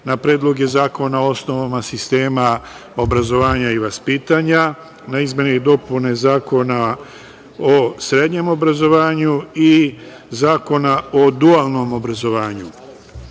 na Predloge zakona o osnovama sistema obrazovanja i vaspitanja, na izmeni i dopuni Zakona o srednjem obrazovanju i Zakona o dualnom obrazovanju. Kada